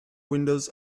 windows